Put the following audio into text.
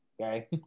Okay